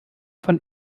von